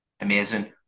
Amazing